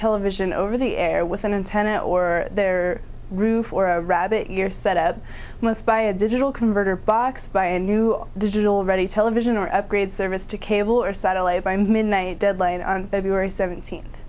television over the air with an antenna or their roof or a rabbit your set up must buy a digital converter box buy a new digital ready television or upgrade service to cable or satellite by midnight deadline on feb seventeenth